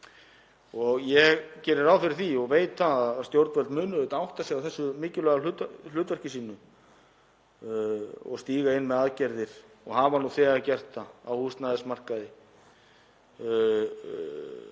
Ég geri ráð fyrir því og veit að stjórnvöld munu átta sig á þessu mikilvæga hlutverki sínu og stíga inn með aðgerðir og hafa nú þegar gert það á húsnæðismarkaði,